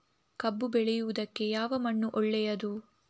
ಕಬ್ಬು ಬೆಳೆಯುವುದಕ್ಕೆ ಯಾವ ಮಣ್ಣು ಒಳ್ಳೆಯದು?